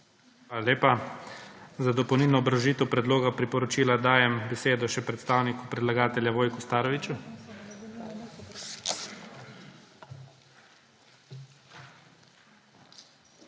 Hvala lepa. Za dopolnilno obrazložitev predloga priporočila dajem besedo še predstavniku predlagatelja Vojku Staroviću. **VOJKO